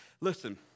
Listen